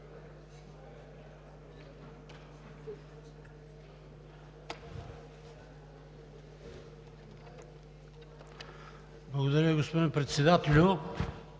Благодаря, господин Председателю.